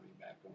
back